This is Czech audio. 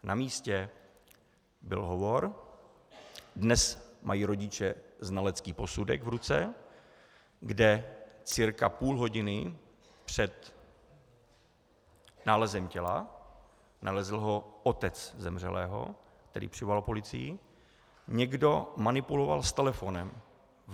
Na místě byl hovor, dnes mají rodiče znalecký posudek v ruce, kde cca půl hodiny před nálezem těla, nalezl ho otec zemřelého, který přivolal policii, někdo manipuloval s telefonem.